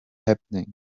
happening